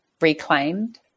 reclaimed